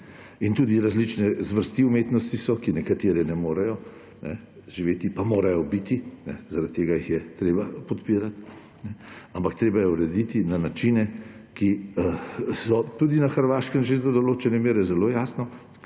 In tudi različne zvrsti umetnosti so, ki nekatere ne morejo živeti, pa morajo biti, zaradi tega jih je treba podpirati. Ampak treba je urediti na načine, ki so tudi na Hrvaškem že do določene mere zelo jasno